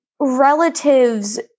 relatives